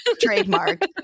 Trademark